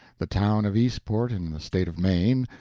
the town of eastport, in the state of maine,